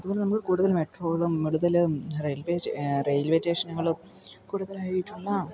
അതു പോലെ നമുക്ക് കൂടുതൽ മെട്രോകളും കൂടുതൽ റെയിൽവേ റെയിൽവേ സ്റ്റേഷനുകളും കൂടുതലായിട്ടുള്ള